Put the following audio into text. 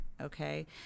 okay